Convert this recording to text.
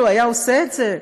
לו היה עושה את זה,